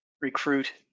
recruit